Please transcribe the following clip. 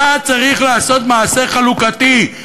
אתה צריך לעשות מעשה חלוקתי.